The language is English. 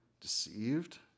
deceived